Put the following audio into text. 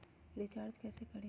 Recharge कैसे करीब?